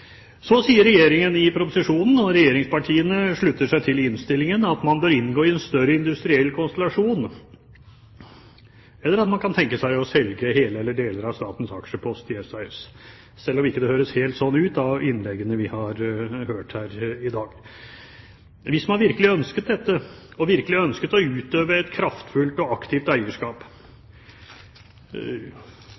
Så sier Regjeringen i proposisjonen – og regjeringspartiene slutter seg til i innstillingen – at man bør inngå i en større industriell konstellasjon, eller at man kan tenke seg å selge hele eller deler av statens aksjepost i SAS, selv om det ikke høres helt slik ut av innleggene vi har hørt her i dag. Hvis man virkelig ønsket dette og virkelig ønsket å utøve et kraftfullt og aktivt eierskap,